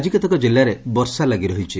ଆକି କେତେକ କିଲ୍ଲାରେ ବର୍ଷା ଲାଗି ରହିଛି